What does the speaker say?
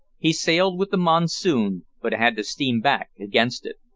he sailed with the monsoon, but had to steam back against it.